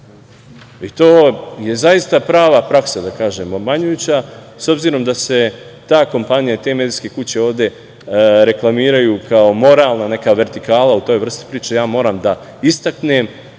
je zaista prava praksa, da kažem, obmanjujuća, s obzirom da se ta kompanija, te medicinske kuće ovde reklamiraju kao neka moralna vertikala u toj vrsti priče. Moram da istaknem